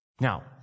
Now